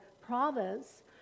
province